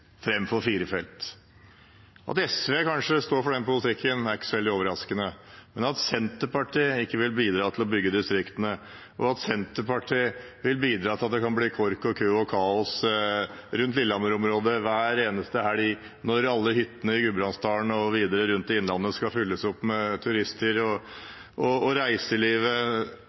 firefelts vei. At SV står for den politikken, er kanskje ikke så veldig overraskende, men at Senterpartiet ikke vil bidra til å bygge distriktene, og at Senterpartiet vil bidra til at det kan bli kork og kø og kaos rundt Lillehammer-området hver eneste helg når alle hyttene i Gudbrandsdalen og videre rundt i Innlandet skal fylles opp med turister og reiselivet